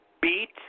beat